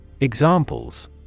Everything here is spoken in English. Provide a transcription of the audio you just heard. Examples